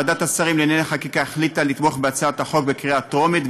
ועדת השרים לענייני חקיקה החליטה לתמוך בהצעת החוק בקריאה טרומית,